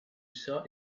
saw